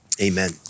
amen